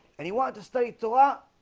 and he wanted to study torah,